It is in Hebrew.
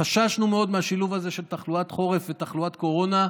חששנו מאוד מהשילוב הזה של תחלואת חורף ותחלואת קורונה.